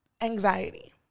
anxiety